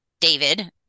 David